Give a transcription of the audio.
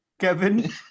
Kevin